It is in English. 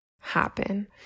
happen